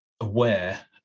aware